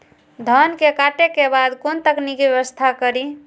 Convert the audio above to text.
धान के काटे के बाद कोन तकनीकी व्यवस्था करी?